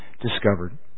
discovered